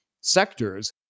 sectors